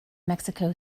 mexico